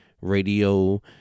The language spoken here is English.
Radio